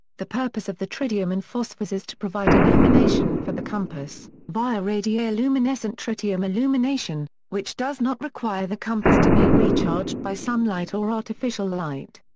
the purpose of the tritium and phosphors is to provide illumination for the compass, via radioluminescent tritium illumination, which does not require the compass to be recharged by sunlight or artificial light.